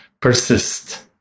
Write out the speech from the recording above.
persist